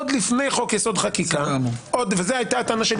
עוד לפני חוק יסוד: החקיקה וזו הייתה הטענה שלי